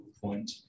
point